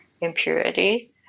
impurity